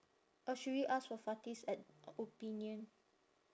or should we ask for fati's ad~ opinion